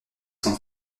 son